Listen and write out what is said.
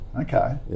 Okay